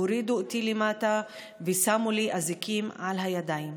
הורידו אותי למטה ושמו לי אזיקים על הידיים.